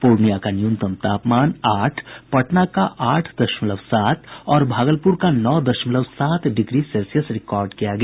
पूर्णियां का न्यूनतम तापमान आठ पटना का आठ दशमलव सात और भागलपुर का नौ दशमलव सात डिग्री सेल्सियस रिकॉर्ड किया गया